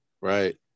Right